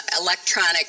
electronic